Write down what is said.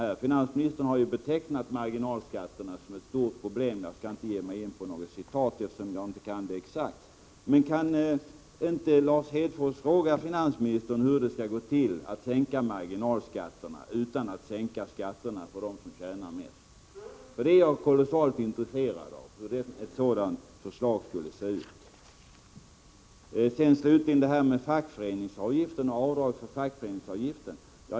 Han har ju betecknat marginalskatterna som ett stort problem — jag skall inte göra något citat, eftersom jag inte kan det exakt. Kan inte Lars Hedfors fråga finansministern hur det skall gå till att sänka marginalskatterna utan att sänka skatterna för dem som tjänar mest? Jag är kolossalt intresserad av hur ett sådant förslag skulle se ut. Slutligen till frågan om avdrag för fackföreningsavgiften.